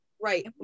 Right